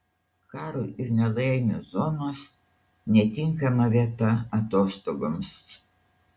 karo ir nelaimių zonos netinkama vieta atostogoms